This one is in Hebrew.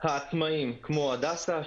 העצמאים כמו הדסה,